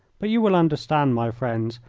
but you will understand, my friends,